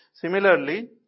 Similarly